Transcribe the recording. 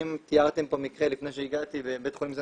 ואם תיארתם פה לפני שהגעתי מקרה בבית חולים מסוים